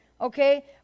okay